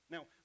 Now